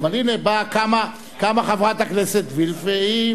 אבל הנה קמה חברת הכנסת וילף והיא,